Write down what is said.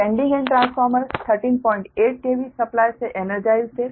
sending end transformer 138 KV supply से energised है